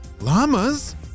Llamas